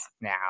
now